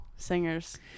Singers